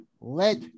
let